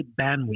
bandwidth